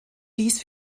dies